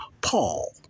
Paul